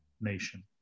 nation